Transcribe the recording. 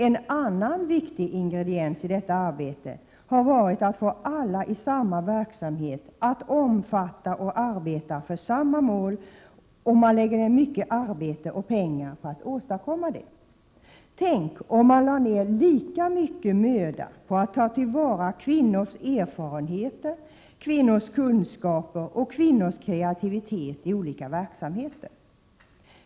En annan viktig ingrediens i detta arbete har varit att få alla i samma verksamhet att omfatta och arbeta för samma mål, och man lägger ner mycket arbete och pengar på att åstadkomma det. Tänk om man lade ner lika mycket möda på att ta till vara kvinnors erfarenheter, kvinnors kunskaper och kvinnors kreativitet i olika verksamheter!